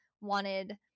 wanted